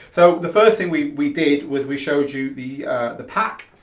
so the first thing we we did was we showed you the the pack,